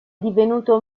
divenuto